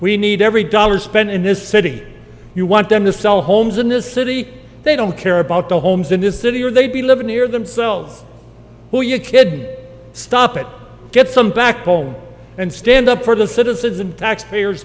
we need every dollar spent in this city you want them to sell homes in this city they don't care about the homes in this city or they'd be living near themselves to your kid stop it get some back home and stand up for the citizens and taxpayers